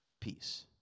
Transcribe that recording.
peace